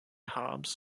harms